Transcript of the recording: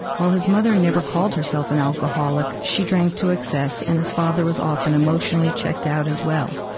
while his mother never called herself an alcoholic, she drank to excess, and his father was often emotionally checked out as well.